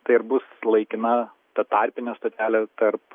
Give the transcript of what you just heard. tai ir bus laikina ta tarpinė stotelė tarp